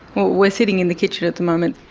we're sitting in the kitchen at the moment.